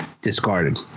Discarded